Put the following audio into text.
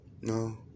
no